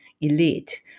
elite